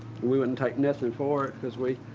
we wouldn't take nothing for it because we,